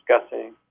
discussing